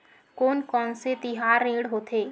कोन कौन से तिहार ऋण होथे?